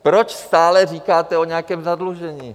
Proč stále říkáte o nějakém zadlužení?